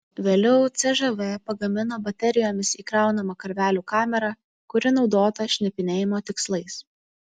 vėliau cžv pagamino baterijomis įkraunamą karvelių kamerą kuri naudota šnipinėjimo tikslais